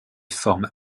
formes